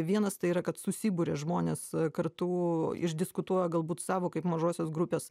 vienas tai yra kad susiburia žmonės kartu išdiskutuoja galbūt savo kaip mažosios grupės